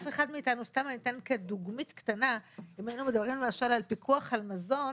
אני אתן דוגמה קטנה אם מדברים על פיקוח המזון,